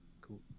cool